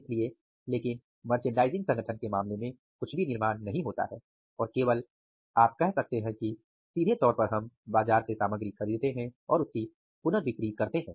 इसलिए लेकिन मर्चेंडाइजिंग संगठन के मामले में कुछ भी निर्माण नहीं होता है और केवल आप कह सकते हैं कि सीधे तौर पर हम बाजार से सामग्री खरीदते है उसकी पुनर्बिक्री करने के लिए